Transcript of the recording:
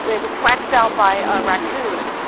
it was scratched out by a raccoon.